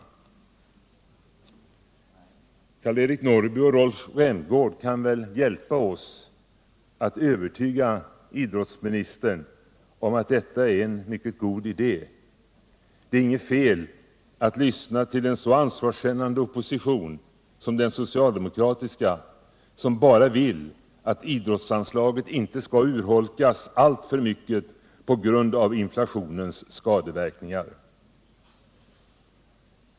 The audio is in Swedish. Jag skulle vilja be Karl-Eric Norrby och Rolf Rämgård att hjälpa oss att övertyga idrottsministern om att detta är en mycket god idé. Det är inget fel att lyssna på en så ansvarskännande opposition som den socialdemokratiska, som bara vill att idrottsanslaget inte skall urholkas alltför mycket på grund av inflationens skadeverkningar.